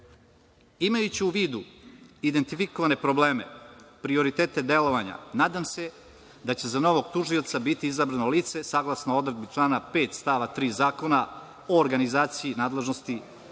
u vidu identifikovane probleme, prioritete delovanja, nadam se da će za novog tužioca biti izabrano lice saglasno odredbi člana 5. stava 3. Zakona o organizaciji nadležnosti